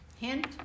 Hint